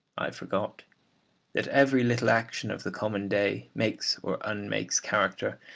i forgot that every little action of the common day makes or unmakes character,